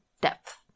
depth